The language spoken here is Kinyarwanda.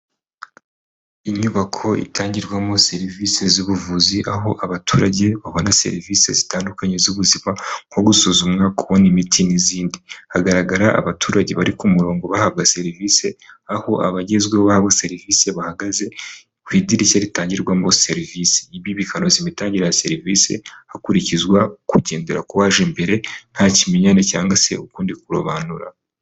Inyubako itangirwamo serivisi z'ubuvuzi, aho abaturage babona serivisi zitandukanye z'ubuzima, nko gusuzumwa, kubona imiti n'izind. Hagaragara abaturage bari ku murongo bahabwa serivisi, aho abagezweho baho serivisi bahagaze ku idirishya ritagirwamo serivisi. Ibi bikanoza imitangire ya serivisi, hakurikizwa kugendera ku uwaje mbere, nta kimenyane cyangwa se ukundi kurobanura.